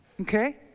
okay